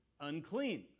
unclean